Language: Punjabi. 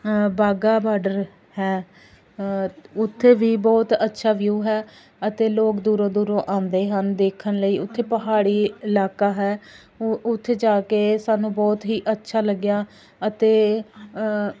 ਵਾਹਗਾ ਬਾਰਡਰ ਹੈ ਉੱਥੇ ਵੀ ਬਹੁਤ ਅੱਛਾ ਵਿਊ ਹੈ ਅਤੇ ਲੋਕ ਦੂਰੋਂ ਦੂਰੋਂ ਆਉਂਦੇ ਹਨ ਦੇਖਣ ਲਈ ਉੱਥੇ ਪਹਾੜੀ ਇਲਾਕਾ ਹੈ ਉ ਉਥੇ ਜਾ ਕੇ ਸਾਨੂੰ ਬਹੁਤ ਹੀ ਅੱਛਾ ਲੱਗਿਆ ਅਤੇ